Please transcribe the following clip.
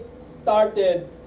started